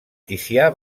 ticià